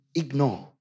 ignore